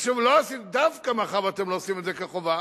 ושוב, דווקא מאחר שאתם לא עושים את זה כחובה,